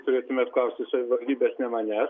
turėtumėt klausti savivaldybės ne manęs